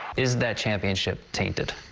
is that championship tainted.